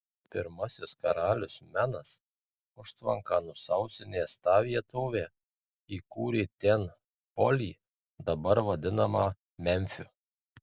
pirmasis karalius menas užtvanka nusausinęs tą vietovę įkūrė ten polį dabar vadinamą memfiu